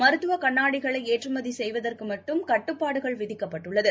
மருத்துவகண்ணாடிகளைஏற்றுமதிசெய்வதற்குமட்டும் கட்டுப்பாடுகள் விதிக்கப்பட்டுள்ளது